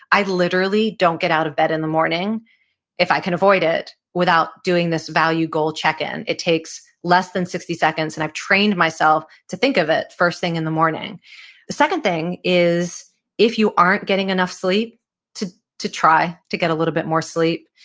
i literally don't get out of bed in the morning if i can avoid it without doing this value goal check-in. it takes less than sixty seconds and i've trained myself to think of it first thing in the morning the second thing is if you aren't getting enough sleep to to try to get a little bit more sleep.